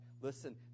Listen